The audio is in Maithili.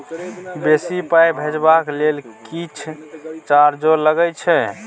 बेसी पाई भेजबाक लेल किछ चार्जो लागे छै?